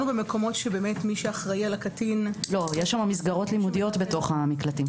בתוך המקלטים יש מסגרות לימודיות.